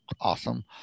awesome